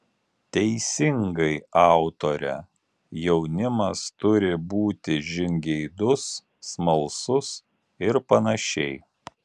teisingai autore jaunimas turi būti žingeidus smalsus ir panašiai